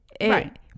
Right